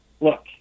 look